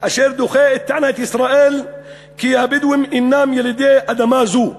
אשר דוחה את טענת ישראל כי הבדואים אינם ילידי אדמה זו.